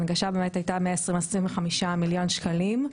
ההנגשה הייתה באמת 125-120 מיליון שקלים,